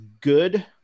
good